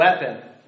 weapon